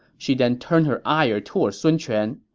she then turned her ire toward sun quan.